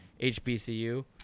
HBCU